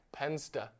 penster